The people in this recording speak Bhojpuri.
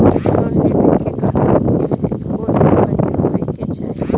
लोन लेवे के खातिन सिविल स्कोर भी बढ़िया होवें के चाही?